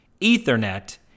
Ethernet